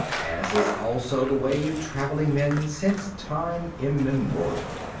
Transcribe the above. as is also the way of traveling men since time immemorial.